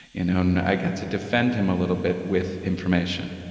you know and i got to defend him a little bit with information.